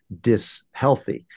dishealthy